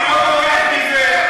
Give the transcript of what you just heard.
אני לא בורח מזה,